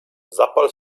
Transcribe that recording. zapal